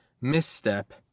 misstep